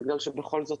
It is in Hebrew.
כי בכל זאת,